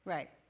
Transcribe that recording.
Right